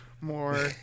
more